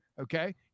Okay